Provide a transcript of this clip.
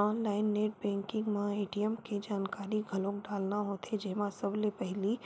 online net banking म ATM के जानकारी घलोक डालना होथे जेमा सबले पहिली